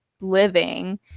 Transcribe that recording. living